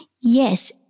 Yes